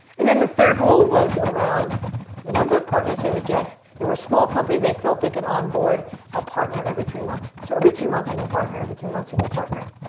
and then the third rule was around the number of partners they would get. they were a small company. they felt they could onboard a partner every three months. so every three months a new partner, every three months a new partner.